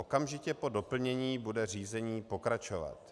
Okamžitě po doplnění bude řízení pokračovat.